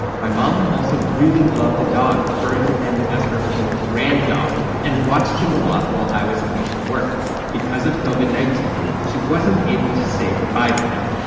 my mom also really loved the dog, referring to him as her, quote, grand dog and watched him a lot while i was away from work because of cauvin, nineteen. she wasn't able to say goodbye to him.